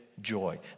joy